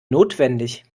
notwendig